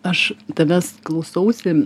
aš tavęs klausausi